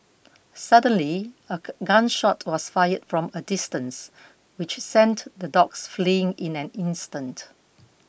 suddenly a gun shot was fired from a distance which sent the dogs fleeing in an instant